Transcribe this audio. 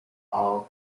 all